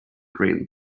grain